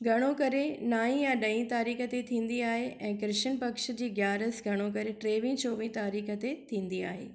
घणो करे नाईं या ॾहीं तारीख़ ते थींदी आहे ऐं कृष्ण पक्ष जी ॻ्यारस घणो करे टेवीह चोवीह तारीख़ ते थींदी आहे